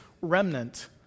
remnant